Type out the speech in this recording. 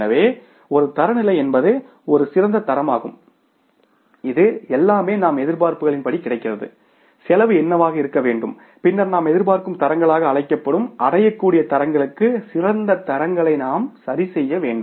எனவே ஒரு தரநிலை என்பது ஒரு சிறந்த தரமாகும் இது எல்லாமே நம் எதிர்பார்ப்புகளின்படி கிடைக்கிறது செலவு என்னவாக இருக்க வேண்டும் பின்னர் நாம் எதிர்பார்க்கும் தரங்களாக அழைக்கப்படும் அடையக்கூடிய தரங்களுக்கு சிறந்த தரங்களை சரிசெய்ய வேண்டும்